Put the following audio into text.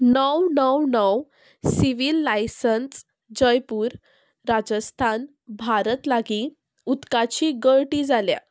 णव णव णव सिवील लायसन्स जयपूर राजस्थान भारत लागीं उदकाची गळटी जाल्या